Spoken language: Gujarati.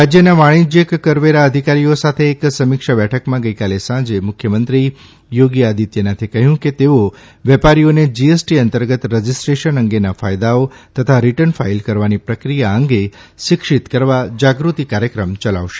રાજયના વાણિજયક કરવેરા અધિકારીઓ સાથે એક સમીક્ષા બેઠકમાં ગઇકાલે સાંજે મુખ્યમંત્રી યોગી આદિત્યનાથે કહ્યું કે તેઓ વેપારીઓને જીએસટી અંતર્ગત રજીસ્ટ્રેશન અંગેના ફાયદાઓ તથા રીટર્ન ફાઇલ કરવાની પ્રક્રિયા અંગે શિક્ષિત કરવા જાગૃતિ કાર્યક્રમ યલાવશે